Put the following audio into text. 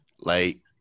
Late